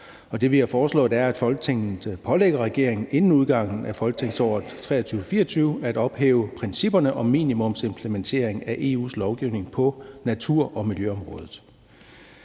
Det, vi har foreslået, er, at Folketinget pålægger regeringen inden udgangen af folketingsåret 2023-24 at ophæve principperne om minimumsimplementering af EU's lovgivning på natur- og miljøområdet.